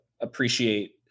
appreciate